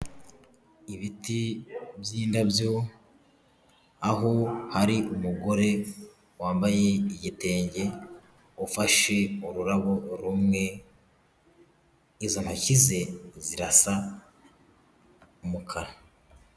Ibiti by'indabyo aho hari umugore wambaye igitenge, ufashe ururabo rumwe, izo ntoki ze zirasa umukara.